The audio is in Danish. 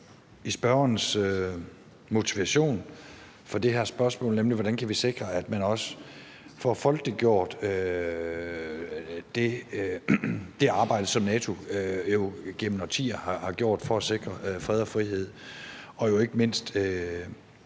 i spørgerens motivation for det her spørgsmål, nemlig hvordan vi kan sikre, at man også får folkeliggjort det arbejde, som NATO gennem årtier har gjort for at sikre fred og frihed, og jo ikke mindst